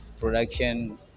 production